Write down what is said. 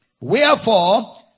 Wherefore